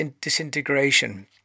disintegration